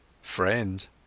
Friend